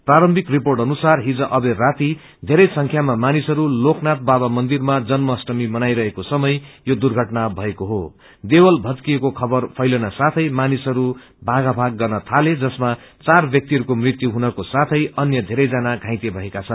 प्रारम्भिक रिर्पोट अनुसार हिज अबेर राति धेरै संख्यामा मानिसहरू लोकनाथ बाबा मन्दिरमा जन्माष्टमी मनाईरहेको समय यो दुर्घटना भएको हों देवल भत्किएको खबर फैलनसाथै मानिसहरू भागाभाग गर्न थाले जसमा वचार व्याक्तिहरूको मृत्यु हुनको साथै अन्य धेरै जना घाइते भएका छन्